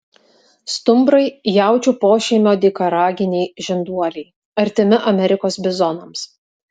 stumbrai jaučių pošeimio dykaraginiai žinduoliai artimi amerikos bizonams